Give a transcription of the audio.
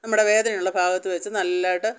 നമ്മുടെ വേദനയുള്ള ഭാഗത്ത് വെച്ച് നല്ലതായിട്ട്